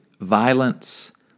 violence